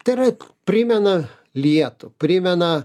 tai yra primena lietų primena